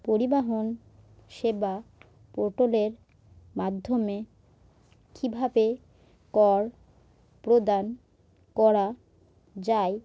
পরিবহন সেবা পোর্টালের মাধ্যমে কীভাবে কর প্রদান করা যায়